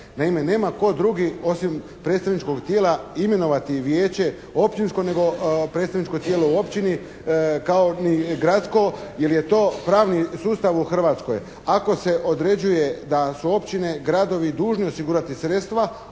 Naime, nema tko drugi osim predstavničkog tijela imenovati vijeće općinsko nego predstavničko tijelo u općini, kao ni gradsko jer je to pravni sustav u Hrvatskoj. Ako se određuje da su općine, gradovi dužni osigurati sredstva